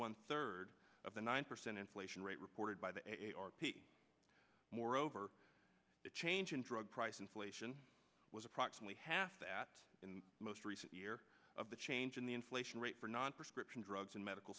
one third of the nine percent inflation rate reported by the a r p moreover the change in drug price inflation was approximately half that in the most recent year of the change in the inflation rate for non prescription drugs and medical